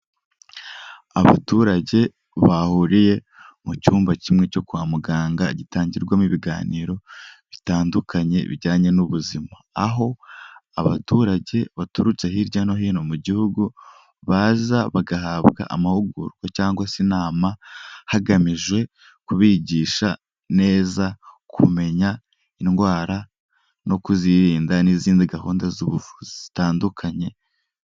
Abaturage bahuriye mu cyumba kimwe cyo kwa muganga, gitangirwamo ibiganiro bitandukanye bijyanye n'ubuzima, aho abaturage baturutse hirya no hino mu gihugu, baza bagahabwa amahugurwa cyangwa se inama, hagamijwe kubigisha neza, kumenya indwara no kuzirinda n'izindi gahunda z'ubuvuzi zitandukanye.